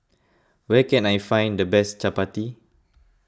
where can I find the best Chapati